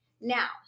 now